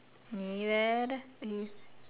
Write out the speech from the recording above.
நீ வேறே:nii veeree !aiyo!